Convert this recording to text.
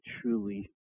truly